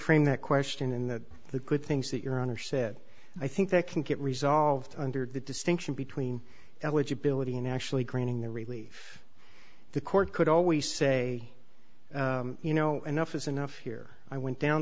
frame that question in that the good things that your honor said i think that can get resolved under the distinction between eligibility and actually granting the relief the court could always say you know enough is enough here i went down